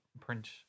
print